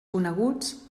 coneguts